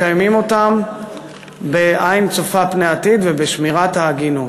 מקיימים אותם בעין צופה פני עתיד ובשמירת ההגינות.